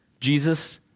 Jesus